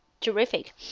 Terrific